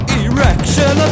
erection